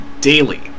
Daily